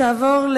התשע"ד 2014,